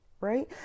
right